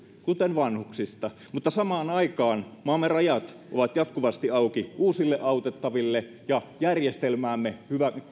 kuten vanhuksista mutta samaan aikaan maamme rajat ovat jatkuvasti auki uusille autettaville ja järjestelmäämme